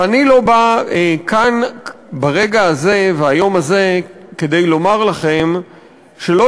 ואני לא בא כאן ברגע הזה וביום הזה כדי לומר לכם שלא